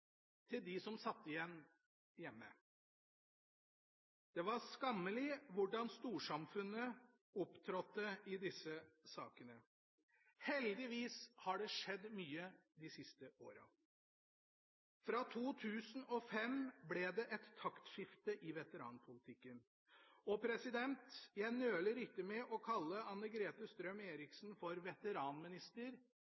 til dem som satt igjen hjemme. Det var skammelig hvordan storsamfunnet opptrådte i disse sakene. Heldigvis har det skjedd mye de siste årene. Fra 2005 ble det et taktskifte i veteranpolitikken. Jeg nøler ikke med å kalle